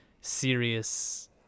serious